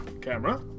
Camera